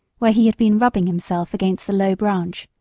where he had been rubbing himself against the low branch.